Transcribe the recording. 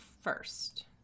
first